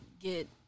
get